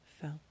felt